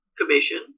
Commission